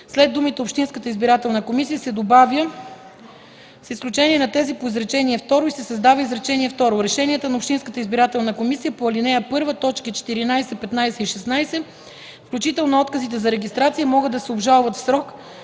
след думите „общинската избирателна комисия” се добавя „с изключение на тези по изречение второ” и се създава изречение второ: „Решенията на общинската избирателна комисия по ал. 1, т. 14, 15 и 16, включително отказите за регистрация, могат да се обжалват в срок